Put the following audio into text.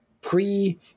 pre